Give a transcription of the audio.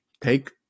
Take